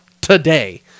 today